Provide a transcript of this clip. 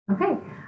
Okay